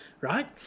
right